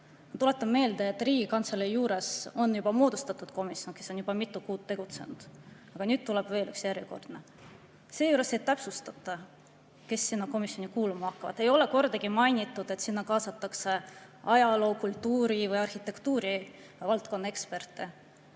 tuletan meelde, et Riigikantselei juures on juba moodustatud komisjon, kes on juba mitu kuud tegutsenud, ja nüüd tuleb veel üks järjekordne. Seejuures ei täpsustata, kes sinna komisjoni kuuluma hakkavad. Ei ole kordagi mainitud, et sinna kaasatakse ajaloo-, kultuuri- või arhitektuurivaldkonna eksperte.